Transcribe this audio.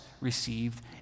received